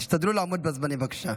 תשתדלו לעמוד בזמנים, בבקשה.